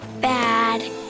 Bad